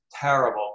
terrible